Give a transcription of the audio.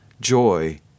joy